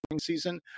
season